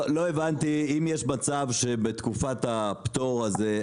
לא הבנתי אם יש מצב שבתקופת הפטור הזה,